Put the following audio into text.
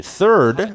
third